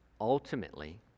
ultimately